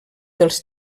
dels